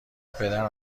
پدرم